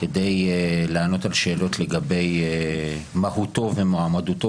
כדי לענות על שאלות לגבי מהותו ומועמדותו,